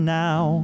now